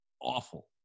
awful